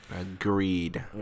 Agreed